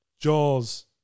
Jaws